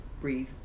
breathe